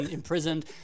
imprisoned